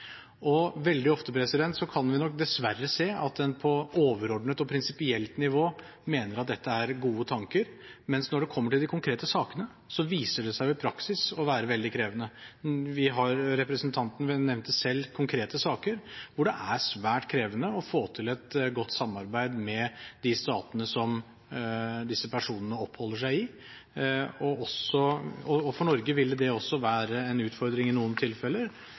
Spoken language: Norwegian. Veldig ofte kan vi nok dessverre se at en på overordnet og prinsipielt nivå mener at dette er gode tanker, mens når det kommer til de konkrete sakene, viser det seg i praksis å være veldig krevende. Representanten nevnte selv konkrete saker hvor det er svært krevende å få til et godt samarbeid med de statene som disse personene oppholder seg i, og for Norge ville det også være en utfordring i noen tilfeller